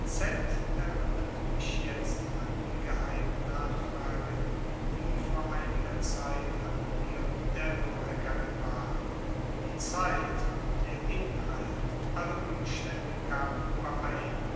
z erinnerte mich jetzt an die geheime nachfrage die vor einiger zeit an biondello ergangen war die zeit der inhalt alle umstände kamen überein